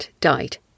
died